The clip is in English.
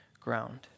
ground